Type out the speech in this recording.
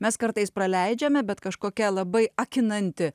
mes kartais praleidžiame bet kažkokia labai akinanti